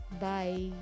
Bye